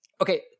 okay